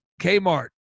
Kmart